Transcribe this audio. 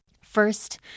First